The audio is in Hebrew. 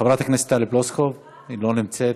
חברת הכנסת טלי פלוסקוב, אינה נוכחת.